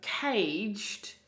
caged